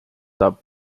saab